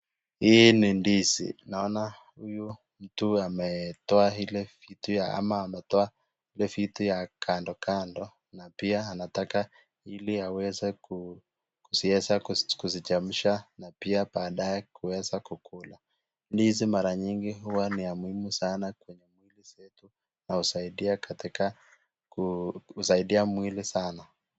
Hii ni ndizi, naona huyu mtu ametoa ile vitu ya ama ametoa ile vitu ya kando kando na pia anataka ili aweze ku, kuzieza kuzichemsha na pia baadae kuweza kukula. Ndizi mara nyingi huwa ni ya muhimu sana na husaidia katika, ku husaidia mwili sana.